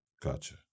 Gotcha